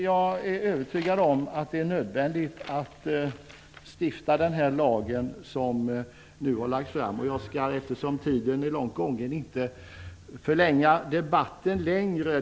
Jag är övertygad om att det är nödvändigt att stifta den lag som nu har föreslagits. Eftersom tiden är långt gången skall jag inte förlänga debatten ytterligare.